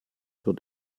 wird